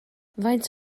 faint